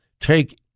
take